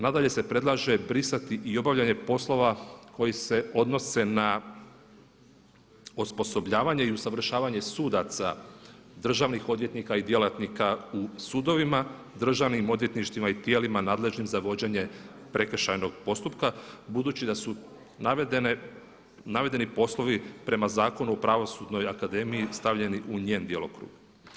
Nadalje se predlaže brisati i obavljanje poslova koji se odnose na osposobljavanje i usavršavanje sudaca, državnih odvjetnika i djelatnika u sudovima, državnim odvjetništvima i tijelima nadležnim za vođenje prekršajnog postupka, budući da su navedeni poslovi prema Zakonu o Pravosudnoj akademiji stavljeni u njen djelokrug.